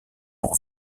pour